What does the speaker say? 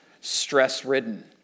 stress-ridden